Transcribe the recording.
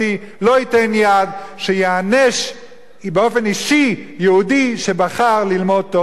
לא ייתן יד שייענש באופן אישי יהודי שבחר ללמוד תורה.